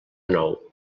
nou